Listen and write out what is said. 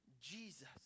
Jesus